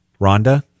Rhonda